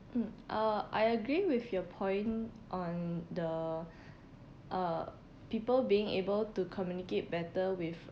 mm uh I agree with your point on the uh people being able to communicate better with